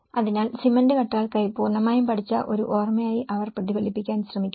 അതിനാൽ സിമന്റ് കട്ടകൾക്കായി പൂർണ്ണമായും പഠിച്ച ഒരു ഓർമ്മയായി അവർ പ്രതിഫലിപ്പിക്കാൻ ശ്രമിക്കുന്നു